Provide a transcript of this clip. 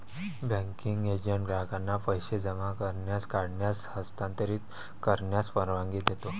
banking agent ग्राहकांना पैसे जमा करण्यास, काढण्यास, हस्तांतरित करण्यास परवानगी देतो